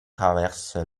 traverse